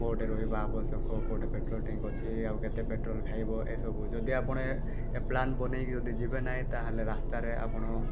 କେଉଁଠି ରହିବା ଆବଶ୍ୟକ କେଉଁଠି ପେଟ୍ରୋଲ୍ ଟ୍ୟାଙ୍କ୍ ଅଛି ଆଉ କେତେ ପେଟ୍ରୋଲ୍ ଖାଇବ ଏସବୁ ଯଦି ଆପଣ ଏ ଏ ପ୍ଲାନ୍ ବନେଇକି ଯଦି ଯିବେ ନାହିଁ ତାହେଲେ ରାସ୍ତାରେ ଆପଣ